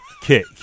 kick